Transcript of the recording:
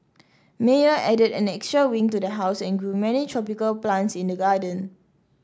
Meyer added an extra wing to the house and grew many tropical plants in the garden